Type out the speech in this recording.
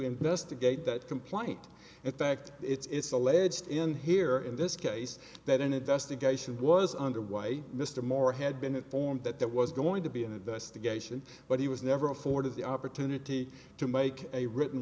investigate that complaint effect it's alleged in here in this case that an investigation was underway mr moore had been informed that there was going to be an investigation but he was never afforded the opportunity to make a written